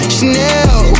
Chanel